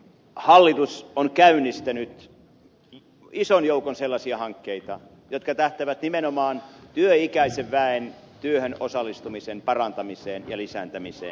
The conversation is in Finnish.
hallitus on käynnistänyt ison joukon sellaisia hankkeita jotka tähtäävät nimenomaan työikäisen väen työhön osallistumisen parantamiseen ja lisääntymiseen